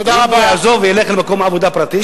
אם הוא יעזוב וילך למקום עבודה פרטי,